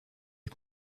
est